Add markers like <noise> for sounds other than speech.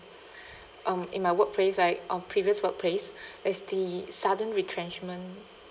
<breath> um in my workplace right on previous workplace <breath> is the sudden retrenchment